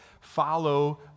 follow